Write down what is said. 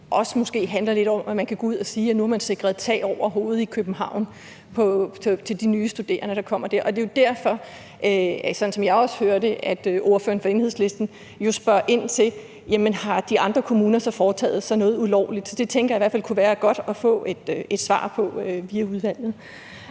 også handler lidt om, at man kan gå ud og sige, at man nu har sikret tag over hovedet til de nye studerende, der kommer til København. Det er jo også derfor, som jeg hører det, at ordføreren for Enhedslisten spørger ind til, om de andre kommuner så har foretaget sig noget ulovligt. Det tænker jeg i hvert fald det kunne være godt at få et svar på i udvalget.